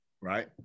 right